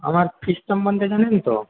আমার ফিস সম্বন্ধে জানেন তো